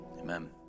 Amen